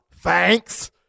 Thanks